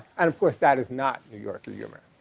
and of course, that is not new yorker humor.